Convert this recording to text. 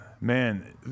man